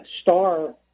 star